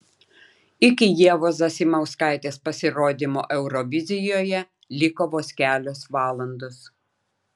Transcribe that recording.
iki ievos zasimauskaitės pasirodymo eurovizijoje liko vos kelios valandos